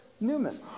Newman